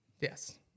Yes